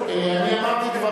אני אמרתי,